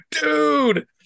dude